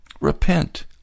repent